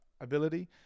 ability